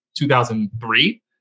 2003